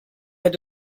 had